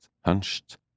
hunched